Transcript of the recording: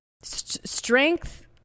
strength